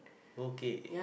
okay